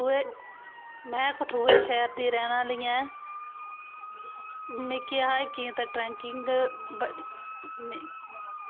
में कठुए शैह्र दी रैह्न आह्ली ऐ मिगी हाइकिंग ते ट्रैकिंग बड़ी